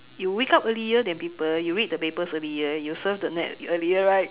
you wake up earlier than people you read the papers earlier you serve the net earlier right